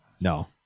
No